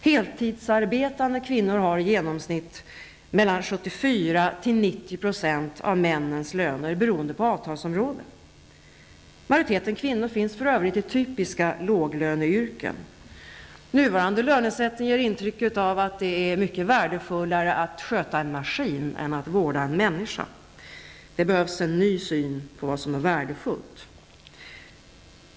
Heltidsarbetande kvinnor har i genomsnitt 74--90 % av männens löner, beroende på avtalsområde. Majoriteten kvinnor finns för övrigt i typiska låglöneyrken. Nuvarande lönesättning ger intryck av att det anses mer värdefullt att sköta en maskin än att vårda en människa. Det behövs en ny syn på vad som är värdefullt.